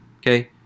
okay